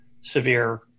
severe